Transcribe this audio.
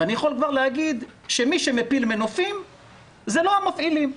ואני יכול להגיד שמי שמפיל מנופים זה לא המפעילים.